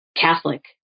Catholic